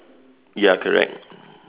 ya correct